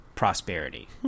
Prosperity